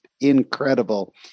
incredible